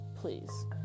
Please